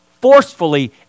forcefully